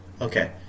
Okay